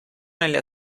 nelle